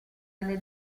delle